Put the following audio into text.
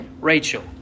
Rachel